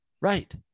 Right